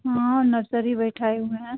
हाँ हाँ नरसरी बैठाए हुए हैं